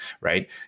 right